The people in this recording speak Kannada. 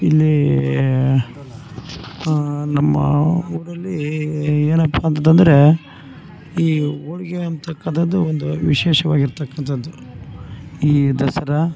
ಇಲ್ಲಿ ನಮ್ಮ ಊರಲ್ಲಿ ಏನಪ್ಪ ಅಂತದಂದರೆ ಈ ಹೋಳ್ಗೆ ಅಂತಕ್ಕಂಥದ್ದು ಒಂದು ವಿಶೇಷವಾಗಿರ್ತಕ್ಕಂಥದ್ದು ಈ ದಸರಾ